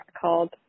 called